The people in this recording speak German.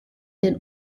den